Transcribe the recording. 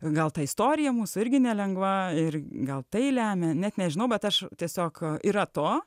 gal ta istorija mūsų irgi nelengva ir gal tai lemia net nežinau bet aš tiesiog yra to